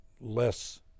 less